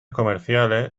comerciales